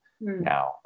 now